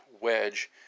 wedge